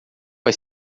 vai